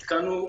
נתקלנו,